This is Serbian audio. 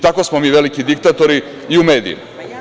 Tako smo mi veliki diktatori i u medijima.